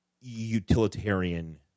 utilitarian